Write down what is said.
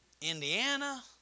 Indiana